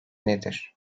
nedir